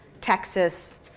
Texas